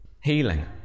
healing